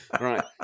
Right